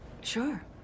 sure